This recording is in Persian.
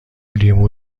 لیمو